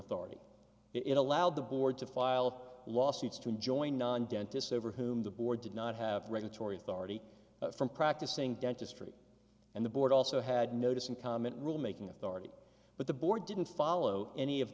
authority it allowed the board to file lawsuits to enjoin non dentists over whom the board did not have regulatory authority from practicing dentistry and the board also had notice and comment rule making authority but the board didn't follow any of